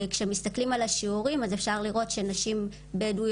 כאשר מסתכלים על השיעורים אז אפשר לראות שנשים בדואיות